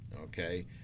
Okay